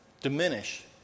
diminish